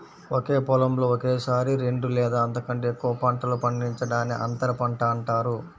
ఒకే పొలంలో ఒకేసారి రెండు లేదా అంతకంటే ఎక్కువ పంటలు పండించడాన్ని అంతర పంట అంటారు